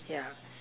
ya